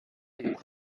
des